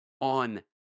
on